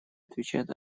отвечает